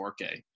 4K